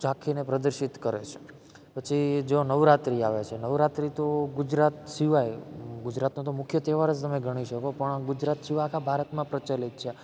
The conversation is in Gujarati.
ઝાંખી ને પ્રદર્શિત કરે છે પછી જો નવરાત્રિ આવે છે નવરાત્રિ તો ગુજરાત સિવાય ગુજરાતનો તો મુખ્ય તહેવાર જ તમે ગણી શકો પણ ગુજરાત સિવાય આખા ભારતમાં પ્રચલિત છે